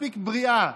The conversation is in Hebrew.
מספיק בריאה.